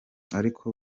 ariko